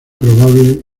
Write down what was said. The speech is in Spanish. probable